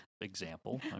example